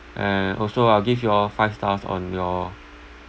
and also I'll give you all five stars on your